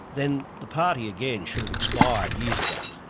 then the party again should have expired years ago.